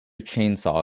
chainsaw